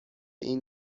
این